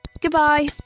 Goodbye